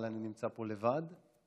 אבל אני נמצא פה לבד בכנסת,